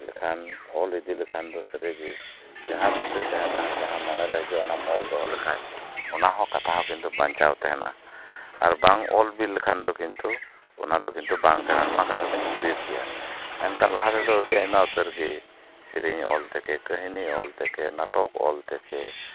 ᱞᱮᱠᱷᱟᱱ ᱚᱞ ᱤᱫᱤ ᱞᱮᱠᱷᱟᱱ ᱫᱚ ᱥᱟᱹᱨᱤ ᱜᱮ ᱡᱟᱦᱟᱸ ᱫᱤᱥᱟᱹ ᱛᱟᱦᱮᱸᱱᱟ ᱡᱟᱦᱟᱸ ᱢᱚᱱᱮ ᱦᱟᱹᱡᱩᱜᱼᱟ ᱚᱱᱟ ᱚᱞ ᱫᱚᱦᱚ ᱞᱮᱠᱷᱟᱡ ᱚᱱᱟ ᱦᱚᱸ ᱠᱟᱛᱷᱟ ᱦᱚᱸ ᱠᱤᱱᱛᱩ ᱵᱟᱧᱪᱟᱣ ᱛᱟᱦᱮᱸᱱᱟ ᱟᱨ ᱵᱟᱝ ᱚᱞ ᱵᱤᱞ ᱞᱮᱠᱷᱟᱱ ᱫᱚ ᱠᱤᱱᱛᱩ ᱚᱱᱟ ᱫᱚ ᱠᱤᱱᱛᱩ ᱵᱟᱝ ᱛᱟᱦᱮᱸᱱᱟ ᱱᱚᱶᱟ ᱠᱟᱛᱷᱟ ᱫᱩᱧ ᱦᱩᱫᱤᱥ ᱜᱮᱭᱟ ᱢᱮᱱᱠᱷᱟᱱ ᱞᱟᱦᱟ ᱛᱮᱫᱚ ᱟᱹᱰᱤ ᱟᱭᱢᱟ ᱩᱛᱟᱹᱨ ᱜᱮ ᱥᱮᱨᱮᱧ ᱚᱞ ᱛᱷᱮᱠᱮ ᱠᱟᱹᱦᱟᱱᱤ ᱚᱞ ᱛᱷᱮᱠᱮ ᱱᱟᱴᱚᱠ ᱚᱞ ᱛᱷᱮᱠᱮ